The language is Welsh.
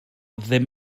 ddim